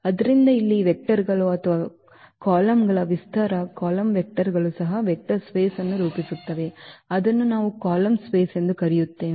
ಆದ್ದರಿಂದ ಇಲ್ಲಿ ಈ ವೆಕ್ಟರ್ ಗಳ ಅಥವಾ ಕಾಲಮ್ಗಳ ವಿಸ್ತಾರ ಕಾಲಮ್ ವೆಕ್ಟರ್ಗಳು ಸಹ ವೆಕ್ಟರ್ ಸ್ಪೇಸ್ ವನ್ನು ರೂಪಿಸುತ್ತವೆ ಅದನ್ನು ನಾವು ಕಾಲಮ್ ಸ್ಪೇಸ್ ಎಂದು ಕರೆಯುತ್ತೇವೆ